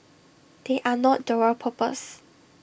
they are not dual purpose